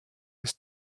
his